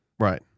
Right